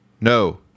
No